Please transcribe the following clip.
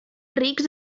rics